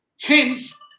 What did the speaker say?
Hence